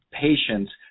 patients